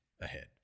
ahead